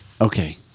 Okay